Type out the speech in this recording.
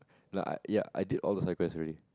like I ya I did all the cycles already